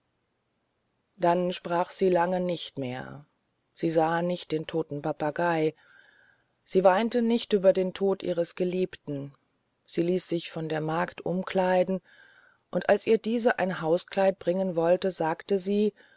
dann sprach sie lange nicht mehr sie sah nicht den toten papagei sie weinte nicht über den tod ihres geliebten sie ließ sich von der magd umkleiden und als ihr diese ein hauskleid bringen wollte sagte sie